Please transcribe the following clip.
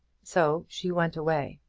so she went away.